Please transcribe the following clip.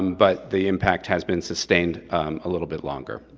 but the impact has been sustained a little bit longer.